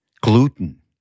gluten